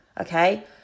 Okay